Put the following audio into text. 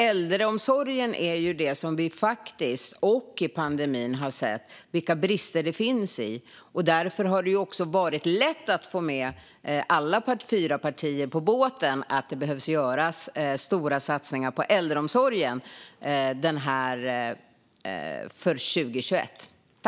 Under pandemin har vi ju sett vilka brister det finns i äldreomsorgen, och därför har det varit lätt att få med alla fyra partier på att det behöver göras stora satsningar för 2021.